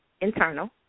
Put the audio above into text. internal